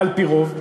על-פי רוב,